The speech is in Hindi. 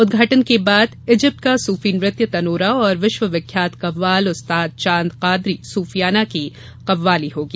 उद्घाटन के बाद इजिप्ट का सूफी नृत्य तनोरा और विश्व विख्यात कव्वाल उस्ताद चांद कादरी सूफियाना की कव्वाली होगी